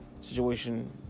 situation